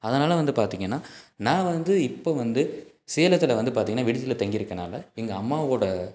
அதனால் வந்து பார்த்திங்கன்னா நான் வந்து இப்போ வந்து சேலத்தில் வந்து பார்த்திங்கன்னா விடுதியில் தங்கி இருக்கனால் எங்கள் அம்மாவோடய